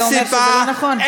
זה אומר שזה לא נכון?